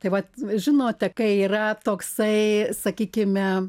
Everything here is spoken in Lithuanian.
tai vat žinote kai yra toksai sakykime